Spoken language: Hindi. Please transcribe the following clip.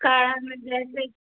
काढ़ा में जैसे